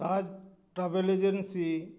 taj travel agency